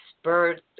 spurred